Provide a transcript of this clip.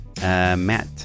Matt